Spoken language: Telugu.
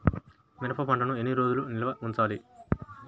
మిరప పంటను ఎన్ని రోజులు నిల్వ ఉంచాలి?